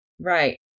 right